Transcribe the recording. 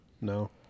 No